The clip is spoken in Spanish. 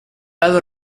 lado